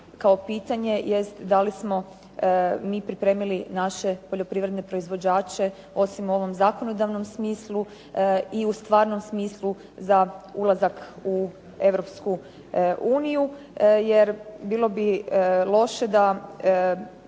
kao pitanje jest da li smo mi pripremili naše poljoprivredne proizvođače osim u ovom zakonodavnom smislu i u stvarnom smislu za ulazak u Europsku uniju jer bilo bi loše da